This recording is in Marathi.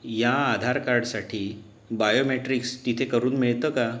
या आधार कार्डसाठी बायोमॅट्रिक्स तिथे करून मिळतं का